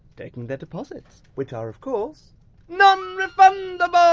taking their deposits. which are of course non-refundabllllle!